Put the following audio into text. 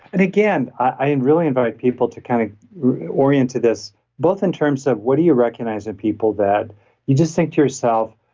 and again, i really invite people to kind of orient to this both in terms of what do you recognize in people that you just think to yourself,